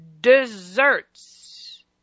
desserts